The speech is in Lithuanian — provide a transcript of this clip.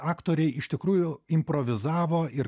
aktoriai iš tikrųjų improvizavo ir